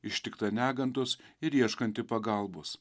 ištikta negandos ir ieškanti pagalbos